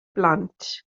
blant